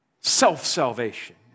Self-salvation